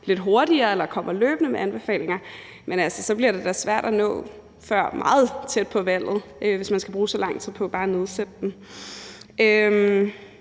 lidt hurtigere eller løbende kommer med anbefalinger. Men det bliver da svært at nå det før meget tæt på valget, hvis man skal bruge så lang tid på bare at nedsætte den. Jeg